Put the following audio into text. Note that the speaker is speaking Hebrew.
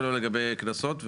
ולא לגבי קנסות,